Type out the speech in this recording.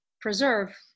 preserve